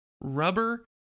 rubber